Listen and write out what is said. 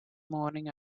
morning